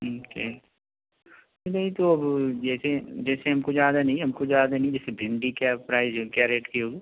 के नहीं तो जैसे जैसे हमको ज़्यादा नहीं हमको ज़्यादा नहीं जैसे भिंडी क्या प्राइज क्या रेट की होगी